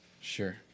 Sure